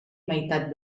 meitat